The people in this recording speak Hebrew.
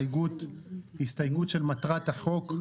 הסתייגות של מטרת החוק.